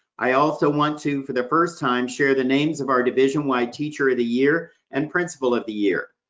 i also want to, for the first time, share the names of our division-wide teacher of the year and principal of the year.